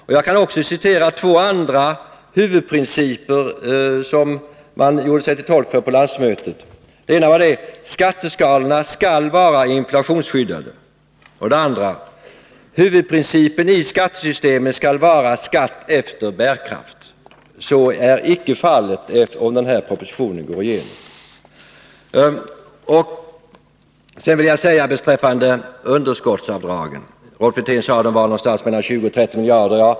Låt mig också citera två andra huvudprinciper som man gjorde sig till tolk för på landsmötet: ”Skatteskalorna skall vara inflationsskyddade” och ”Huvudprincipen i skattesystemet skall vara skatt efter bärkraft”. De principerna följer man icke, om den här propositionens förslag går igenom. Rolf Wirtén sade sedan att underskottsavdragen ligger någonstans mellan 20 och 30 miljarder.